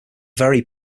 very